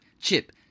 chip